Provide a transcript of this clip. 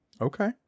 Okay